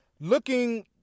looking